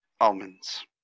almonds